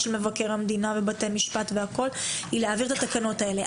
היא להעביר את התקנות האלה.